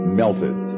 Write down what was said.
melted